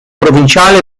provinciale